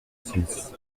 six